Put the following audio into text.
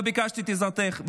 לא ביקשתי את עזרתך,